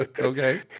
okay